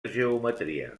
geometria